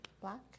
Black